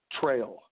Trail